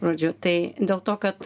žodžiu tai dėl to kad